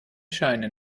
scheine